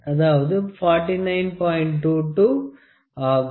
22 ஆகும்